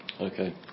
Okay